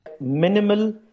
minimal